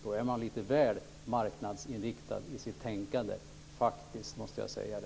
Då är man lite väl marknadsinriktad i sitt tänkande.